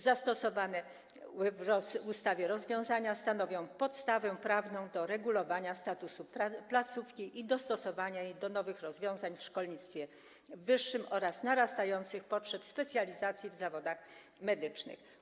Zastosowane w ustawie rozwiązania stanowią podstawę prawną do regulowania statusu placówki i dostosowania jej do nowych rozwiązań w szkolnictwie wyższym oraz wzrastających potrzeb w zakresie specjalizacji w zawodach medycznych.